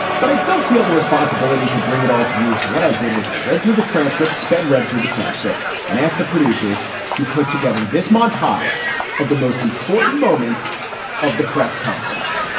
but i still feel the responsibility to bring it all to use. what i did was i read through the transcript, sped read through the transcript, and asked the producers to put together this montage of the most important moments of the press conference.